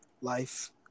life